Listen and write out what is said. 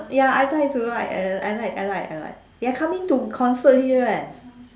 ya I like to write I like I like I like they are coming to concert here leh